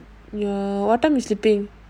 ya what time you sleeping